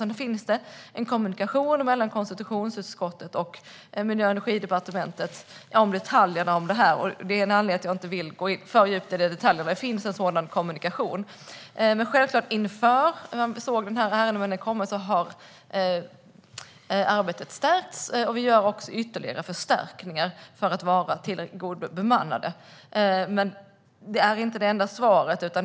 Sedan finns en kommunikation mellan konstitutionsutskottet och Miljö och energidepartementet om detaljerna. Det är en anledning till att jag inte vill gå in för djupt i detaljerna. Det finns en sådan kommunikation. Självklart har arbetet stärkts, och vi gör också ytterligare förstärkningar för att hålla en tillräckligt god bemanning. Men detta är inte det enda svaret.